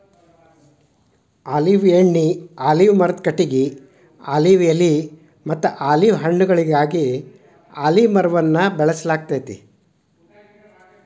olive ಎಣ್ಣಿ, olive ಮರದ ಕಟಗಿ, ಆಲಿವ್ ಎಲೆಮತ್ತ ಆಲಿವ್ ಹಣ್ಣುಗಳಿಗಾಗಿ ಅಲಿವ್ ಮರವನ್ನ ಬೆಳಸಲಾಗ್ತೇತಿ